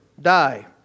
die